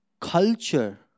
culture